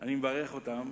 אני מברך אותם,